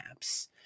apps